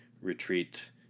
retreat